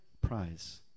Prize